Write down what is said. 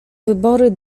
wybory